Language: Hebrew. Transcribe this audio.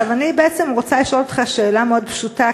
אני בעצם רוצה לשאול אותך שאלה מאוד פשוטה,